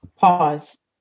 Pause